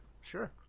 sure